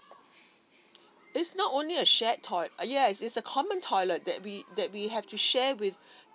it's not only a shared toilet uh yes is a common toilet that we that we have to share with